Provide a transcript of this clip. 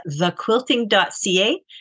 thequilting.ca